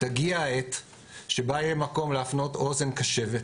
תגיע העת שבה יהיה מקום להפנות אוזן קשבת